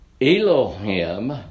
Elohim